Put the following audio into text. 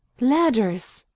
ladders!